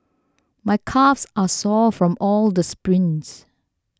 My calves are sore from all the sprints